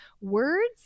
words